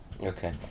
okay